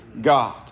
God